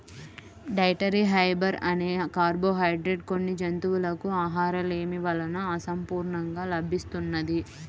dietary fibre అనే carbohydrate కొన్ని జంతువులకు ఆహారలేమి వలన అసంపూర్ణంగా లభిస్తున్నది